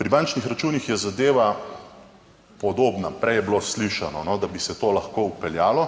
Pri bančnih računih je zadeva podobna. Prej je bilo slišano, da bi se to lahko vpeljalo,